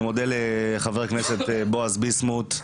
אני מודה לחבר הכנסת בועז ביסמוט,